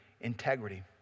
integrity